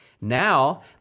Now